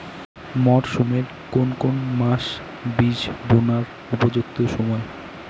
মরসুমের কোন কোন মাস বীজ বোনার উপযুক্ত সময়?